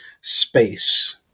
space